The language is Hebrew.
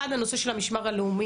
אחד, הנושא של המשמר הלאומי,